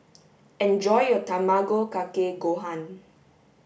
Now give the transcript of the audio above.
enjoy your Tamago Kake Gohan